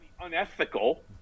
unethical